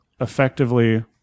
effectively